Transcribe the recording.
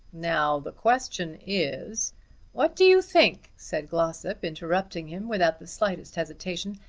now the question is what do you think, said glossop, interrupting him without the slightest hesitation.